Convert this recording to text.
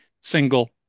single